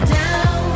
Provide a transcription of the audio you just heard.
down